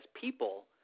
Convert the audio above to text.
people –